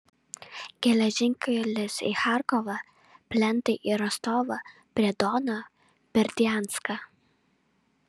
geležinkelis į charkovą plentai į rostovą prie dono berdianską